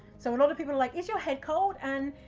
so a lot of people are like, is your head cold? and,